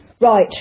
right